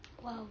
!wow!